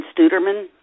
Studerman